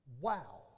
wow